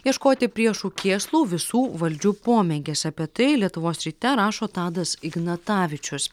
ieškoti priešų kėslų visų valdžių pomėgis apie tai lietuvos ryte rašo tadas ignatavičius